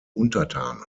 untertanen